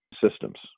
systems